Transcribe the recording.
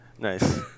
nice